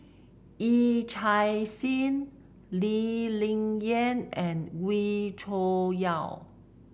Yee Chia Hsing Lee Ling Yen and Wee Cho Yaw